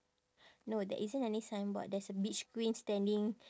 no there isn't any signboard there's a beach queen standing